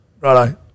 Righto